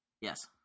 Yes